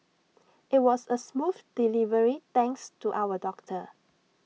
IT was A smooth delivery thanks to our doctor